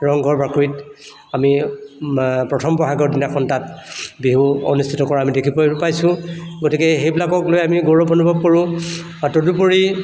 ৰংঘৰ বাকৰিত আমি প্ৰথম ব'হাগৰ দিনাখন তাত বিহু অনুষ্ঠিত কৰা আমি দেখিবলৈ পাইছোঁ গতিকে সেইবিলাকক লৈ আমি গৌৰৱ অনুভৱ কৰোঁ আৰু তদুপৰি